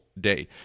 day